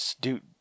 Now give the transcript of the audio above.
dude